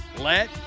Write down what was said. let